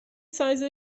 سایز